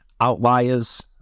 outliers